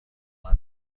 کار